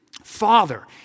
Father